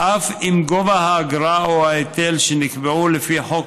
אף אם גובה האגרה או ההיטל שנקבעו לפי חוק